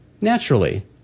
Naturally